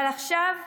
אבל עכשיו,